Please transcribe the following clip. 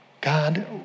God